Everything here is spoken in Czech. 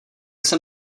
jsem